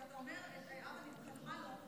כשאתה אומר "הבה נתחכמה לו",